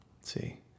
see